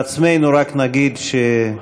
לעצמנו רק נגיד ש,